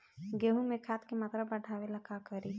गेहूं में खाद के मात्रा बढ़ावेला का करी?